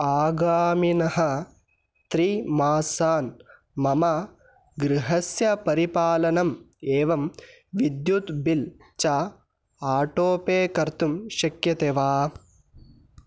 आगामिनः त्रिमासान् मम गृहस्य परिपालनम् एवं विद्युत् बिल् च आटोपे कर्तुं शक्यते वा